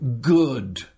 good